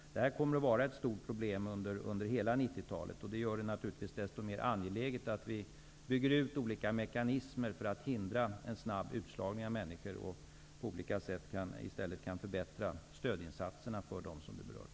Detta kommer att vara ett stort problem under hela 90-talet. Det gör det naturligtvis desto mer angeläget att vi bygger ut olika mekanismer för att hindra en snabb utslagning av människor, så att vi i stället på olika sätt kan förbättra stödinsatserna för dem som berörs.